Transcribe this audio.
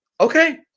Okay